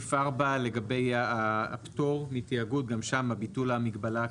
סעיף 4, לגבי הפטור מתאגוד ביטול הצגבלה.